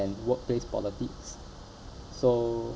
and workplace politics so